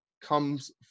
comes